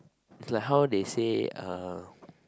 it's like how they say